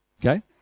Okay